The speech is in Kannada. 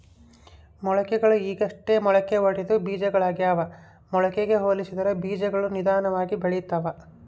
ಮೊಳಕೆಗಳು ಈಗಷ್ಟೇ ಮೊಳಕೆಯೊಡೆದ ಬೀಜಗಳಾಗ್ಯಾವ ಮೊಳಕೆಗೆ ಹೋಲಿಸಿದರ ಬೀಜಗಳು ನಿಧಾನವಾಗಿ ಬೆಳಿತವ